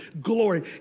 glory